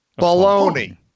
Baloney